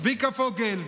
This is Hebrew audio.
צביקה פוגל,